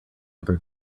other